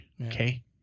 Okay